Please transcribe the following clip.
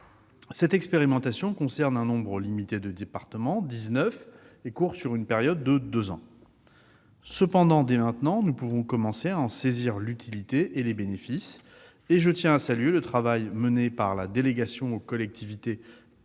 Cette expérimentation concerne un nombre limité de départements- dix-neuf -et court sur une période de deux ans. Cependant, dès maintenant, nous pouvons commencer à en saisir l'utilité et les bénéfices. De ce point de vue, je tiens à saluer le travail mené par la délégation aux collectivités